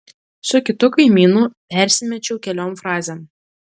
su kitu kaimynu persimečiau keliom frazėm